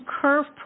curve